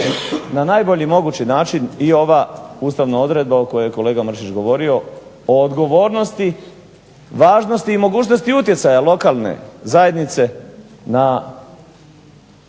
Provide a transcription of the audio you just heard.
na najbolji mogući način i ova ustavna odredba o kojoj je kolega Mršić govorio, o odgovornosti, važnosti i mogućnosti utjecaja lokalne zajednice na